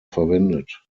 verwendet